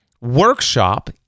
workshop